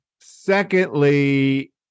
Secondly